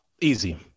Easy